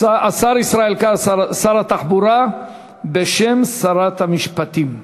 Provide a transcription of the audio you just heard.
השר ישראל כץ, שר התחבורה, בשם שרת המשפטים.